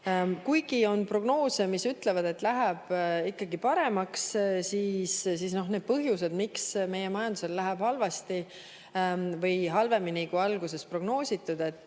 Kuigi on prognoose, mis ütlevad, et läheb ikkagi paremaks, on need põhjused, miks meie majandusel läheb halvasti või halvemini, kui alguses prognoositud,